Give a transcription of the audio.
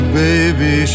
baby